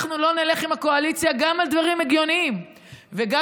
ושאנחנו לא נלך עם הקואליציה גם בדברים הגיוניים וגם